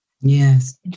Yes